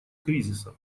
кризиса